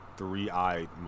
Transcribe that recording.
Three-eyed